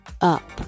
up